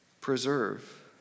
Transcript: preserve